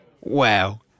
Wow